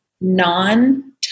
non